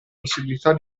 possibilità